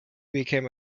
became